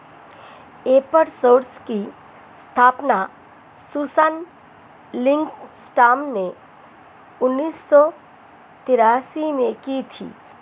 एपर सोर्स की स्थापना सुसान लिंडस्ट्रॉम ने उन्नीस सौ तेरासी में की थी